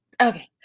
Okay